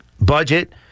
budget